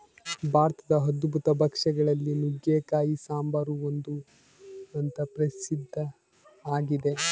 ಭಾರತದ ಅದ್ಭುತ ಭಕ್ಷ್ಯ ಗಳಲ್ಲಿ ನುಗ್ಗೆಕಾಯಿ ಸಾಂಬಾರು ಒಂದು ಅಂತ ಪ್ರಸಿದ್ಧ ಆಗಿದೆ